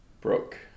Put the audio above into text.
Brooke